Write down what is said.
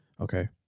Okay